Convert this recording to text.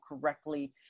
correctly